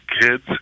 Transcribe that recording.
kids